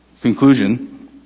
Conclusion